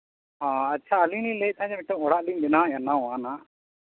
ᱟᱪᱪᱷᱟ ᱟᱹᱞᱤᱧ ᱞᱤᱧ ᱞᱟᱹᱭᱮᱫ ᱛᱟᱦᱮᱱ ᱢᱤᱫᱴᱟᱱ ᱚᱲᱟᱜ ᱞᱤᱧ ᱵᱮᱱᱟᱣᱮᱫᱼᱟ ᱱᱟᱣᱟᱱᱟᱜ